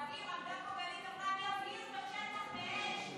עמדה פה גלית ואמרה: אני אבעיר את השטח באש,